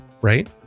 Right